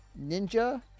Ninja